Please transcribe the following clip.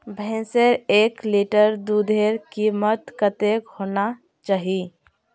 भैंसेर एक लीटर दूधेर कीमत कतेक होना चही?